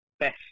best